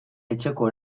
etxeko